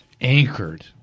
anchored